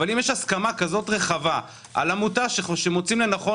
אבל אם יש הסכמה כזו רחבה על עמותה שמוצאים לנכון